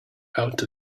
out